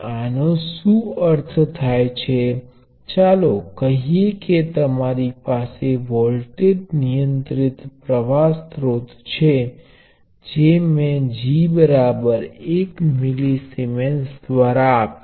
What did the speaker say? એનો અર્થ માટે તમે કહો કે તમારી પાસે Rmએ 2 kΩ છેતેથી અર્થ એ થાય કે કે જો તમે આ 1 Milliamp સ્રોત જોડેલ હોય તો તમને આ ટર્મિનલ પર 2 વોલ્ટ મળશે